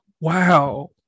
wow